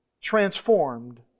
transformed